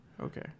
Okay